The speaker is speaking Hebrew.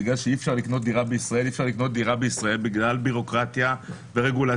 בגלל שאי-אפשר לקנות דירה בישראל בגלל ביורוקרטיה ורגולציה